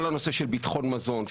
כל הנושא של ביטחון מזון,